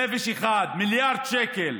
נפש אחת, מיליארד שקל.